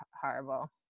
horrible